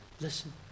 Listen